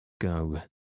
Go